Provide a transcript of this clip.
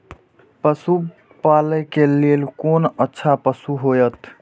पशु पालै के लेल कोन अच्छा पशु होयत?